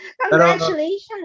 congratulations